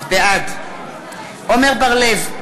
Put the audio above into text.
בעד עמר בר-לב,